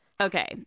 Okay